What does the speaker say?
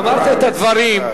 אמרת את הדברים.